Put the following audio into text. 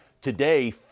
today